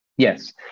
Yes